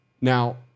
now